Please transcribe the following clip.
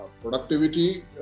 productivity